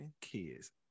kids